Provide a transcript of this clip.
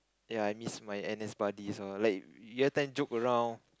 ya I miss my n_s buddies oh like you every time joke around